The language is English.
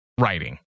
Writing